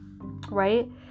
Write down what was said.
right